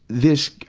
this,